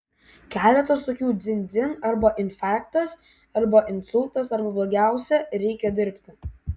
keletas tokių dzin dzin arba infarktas arba insultas arba blogiausia reikia dirbti